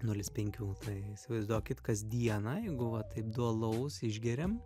nulis penkių tai įsivaizduokit kasdieną jeigu va taip du alaus išgeriam